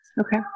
Okay